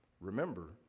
Remember